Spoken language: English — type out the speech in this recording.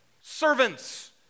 servants